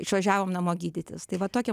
išvažiavom namo gydytis tai va tokia